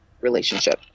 relationship